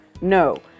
no